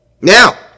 Now